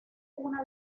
una